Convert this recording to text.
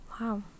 Wow